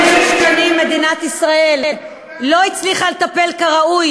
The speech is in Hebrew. במשך שנים מדינת ישראל לא הצליחה לטפל כראוי